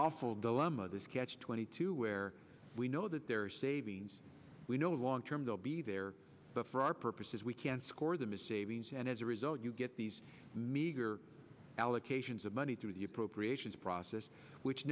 awful dilemma this catch twenty two where we know that there are savings we know long term they'll be there but for our purposes we can't score them is saving it and as a result you get these meager allocations of money through the appropriations process which